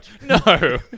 no